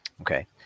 Okay